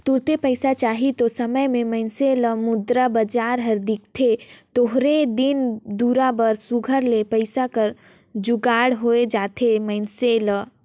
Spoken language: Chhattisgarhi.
तुरते पइसा चाही ते समे में मइनसे ल मुद्रा बजार हर दिखथे थोरहें दिन दुरा बर सुग्घर ले पइसा कर जुगाड़ होए जाथे मइनसे ल